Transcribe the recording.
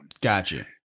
Gotcha